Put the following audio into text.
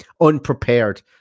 unprepared